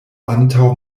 antaŭ